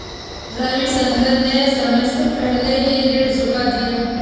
रविशंकर ने समय से पहले ही ऋण चुका दिया